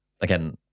again